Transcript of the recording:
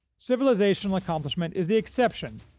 civilizational accomplishment is the exception,